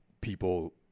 people